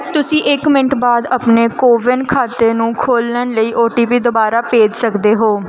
ਤੁਸੀਂ ਇੱਕ ਮਿੰਟ ਬਾਅਦ ਆਪਣੇ ਕੋਵਿਨ ਖਾਤੇ ਨੂੰ ਖੋਲ੍ਹਣ ਲਈ ਓ ਟੀ ਪੀ ਦਬਾਰਾ ਭੇਜ ਸਕਦੇ ਹੋ